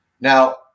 Now